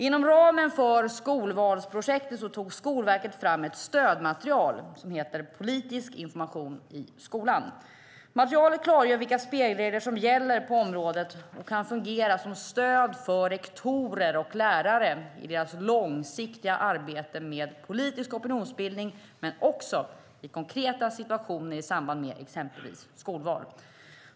Inom ramen för skolvalsprojektet tog Skolverket fram ett stödmaterial, Politisk information i skolan . Materialet klargör vilka spelregler som gäller på området och kan fungera som stöd för rektorer och lärare i deras långsiktiga arbete med politisk opinionsbildning, men också i konkreta situationer i samband med exempelvis skolval.